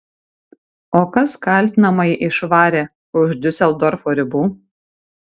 o kas kaltinamąjį išvarė už diuseldorfo ribų